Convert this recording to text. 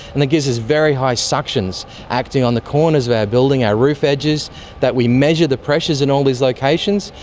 and it gives us very high suctions acting on the corners of our building, our roof edges that we measure the pressures in all those locations.